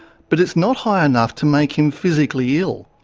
but it's not high enough to make him physically ill.